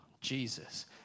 Jesus